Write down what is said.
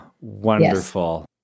wonderful